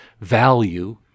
value